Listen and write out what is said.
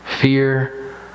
Fear